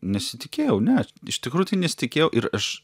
nesitikėjau ne iš tikrųjų tai nesitikėjau ir aš